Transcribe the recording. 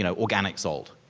you know organic salt,